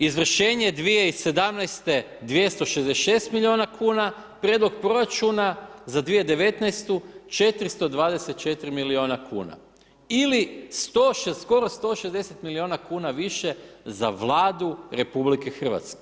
Izvršenje 2017. 266 miliona kuna prijedlog proračuna za 2019. 424 miliona kuna, ili skoro 160 miliona kuna više za Vladu RH.